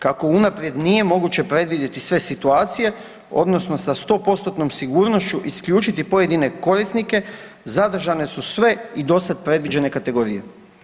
Kako unaprijed nije moguće predvidjeti sve situacije, odnosno sa 100%-tnom sigurnošću isključiti pojedine korisnike, zadržane su sve i dosad predviđene kategorije.